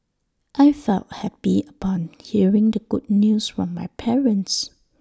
I felt happy upon hearing the good news from my parents